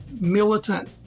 militant